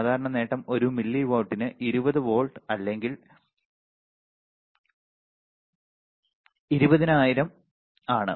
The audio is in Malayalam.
സാധാരണ നേട്ടം ഒരു മില്ലി വാട്ടിന് 200 വോൾട്ട് അല്ലെങ്കിൽ 200000 ആണ്